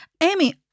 Amy